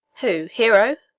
who, hero?